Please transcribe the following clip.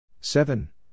seven